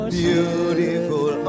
beautiful